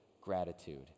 gratitude